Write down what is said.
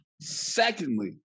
Secondly